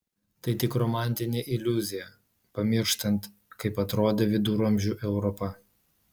tai tik romantinė iliuzija pamirštant kaip atrodė viduramžių europa